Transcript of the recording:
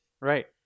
Right